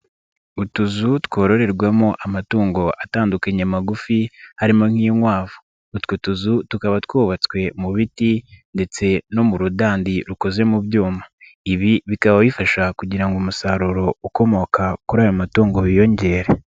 Utuzu twororerwamo amatungo atandukanye magufi, harimo nk'inkwavu. Utwo tuzu tukaba twubatswe mu biti ndetse no mu rudandi rukoze mu byuma. Ibi bikaba bifasha kugira ngo umusaruro ukomoka kuri ayo matungo wiyongere.